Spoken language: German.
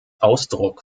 ausdruck